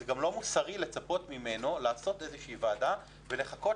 זה גם לא מוסרי לצפות ממנו לעשות איזושהי ועדה ולחכות